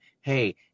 Hey